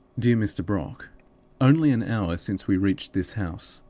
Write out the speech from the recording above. dear mr. brock only an hour since we reached this house,